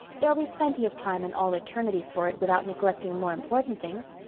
there'll be plenty of time in all eternity for it without neglecting more important things.